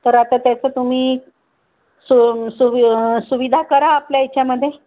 तर आता त्याचं तुम्ही सो सुवि सुविधा करा आपल्या याच्यामध्ये